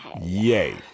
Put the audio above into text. Yay